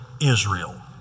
Israel